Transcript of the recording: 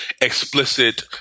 explicit